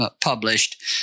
published